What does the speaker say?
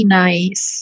nice